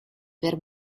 per